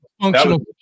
functional